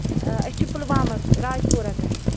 أسۍ چھِ پُلوامہ راجپورہ پٮ۪ٹھ